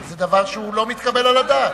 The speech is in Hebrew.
זה דבר שהוא לא מתקבל על הדעת.